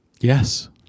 Yes